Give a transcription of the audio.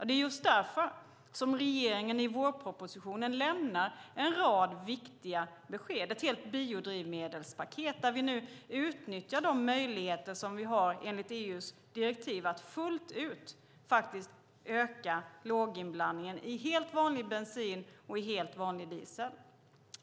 Det är därför som regeringen i vårpropositionen lämnade en rad viktiga besked. Det var ett helt biodrivmedelspaket. Vi utnyttjar de möjligheter som vi har enligt EU:s direktiv att fullt ut öka låginblandningen i helt vanlig bensin och helt vanlig diesel.